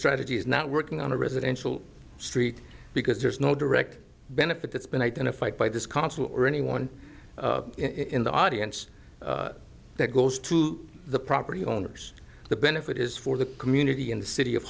strategy is not working on a residential street because there's no direct benefit that's been identified by this consul or anyone in the audience that goes to the property owners the benefit is for the community in the city of